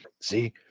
See